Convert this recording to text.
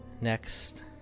Next